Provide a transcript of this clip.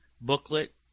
booklet